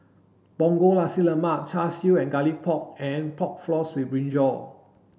Punggol Nasi Lemak Char Siu and garlic pork and pork floss with brinjal